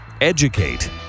Educate